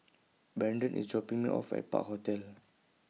Brandon IS dropping Me off At Park Hotel